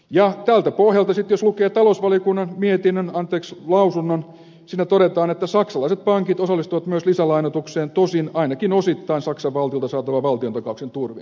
ja tältä pohjalta sitten jos lukee talousvaliokunnan lausunnon niin siinä todetaan että saksalaiset pankit osallistuvat myös lisälainoitukseen tosin ainakin osittain saksan valtiolta saatavan valtiontakauksen turvin